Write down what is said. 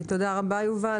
תודה רבה, יובל.